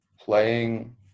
playing